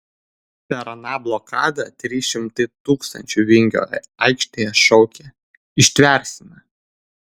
per aną blokadą trys šimtai tūkstančių vingio aikštėje šaukė ištversime